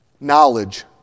Knowledge